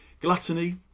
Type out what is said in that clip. Gluttony